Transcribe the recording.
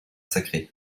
sacré